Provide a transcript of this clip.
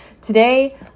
Today